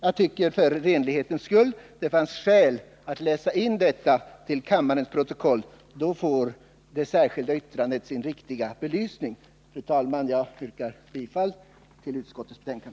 Jag tycker att det för renlighetens skull fanns skäl att läsa in detta till kammarens protokoll. Då får det särskilda yttrandet sin riktiga belysning. Fru talman! Jag yrkar bifall till utskottets hemställan.